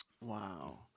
Wow